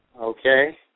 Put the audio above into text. okay